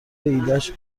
ایدهاش